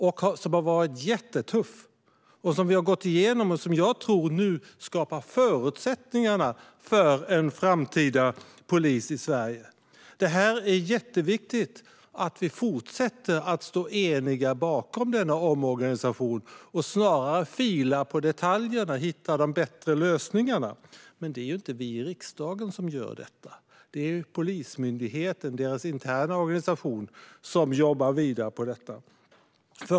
Den har varit jättetuff, och vi har gått igenom den - och jag tror att den skapar förutsättningarna för en framtida polis i Sverige. Det är jätteviktigt att vi fortsätter att stå eniga bakom denna omorganisation och snarare filar på detaljerna och hittar bättre lösningar. Det är dock inte vi i riksdagen som gör det, utan det är Polismyndighetens interna organisation som jobbar vidare med detta.